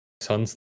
Sun